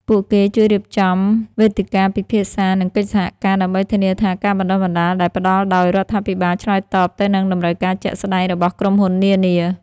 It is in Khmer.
ពួកគេជួយរៀបចំវេទិកាពិភាក្សា និងកិច្ចសហការ ដើម្បីធានាថាការបណ្តុះបណ្តាលដែលផ្តល់ដោយរដ្ឋាភិបាលឆ្លើយតបទៅនឹងតម្រូវការជាក់ស្តែងរបស់ក្រុមហ៊ុននានា។